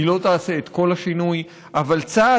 היא לא תעשה את כל השינוי, אבל צעד-צעד.